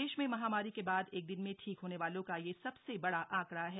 देश में महामारी के बाद एक दिन में ठीक होने वालों का यह सबसे बड़ा आंकड़ा है